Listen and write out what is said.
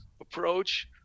approach